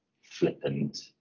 flippant